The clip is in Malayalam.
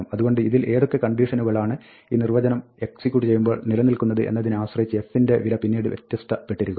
അതുകൊണ്ട് ഇതിൽ ഏതൊക്കെ കണ്ടീഷനുകളാണ് ഈ നിർവ്വചനം എക്സിക്യൂട്ട് ചെയ്യുമ്പോൾ നിലനൽക്കുന്നത് എന്നതിനെ ആശ്രയിച്ച് f ൻറെ വില പിന്നീട് വ്യത്യസ്തപ്പെട്ടിരിക്കും